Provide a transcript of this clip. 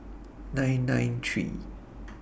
nine nine three